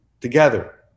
together